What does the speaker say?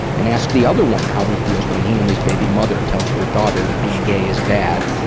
and ask the other one how he feels when he and his baby mother tells their daughter that being gay is bad,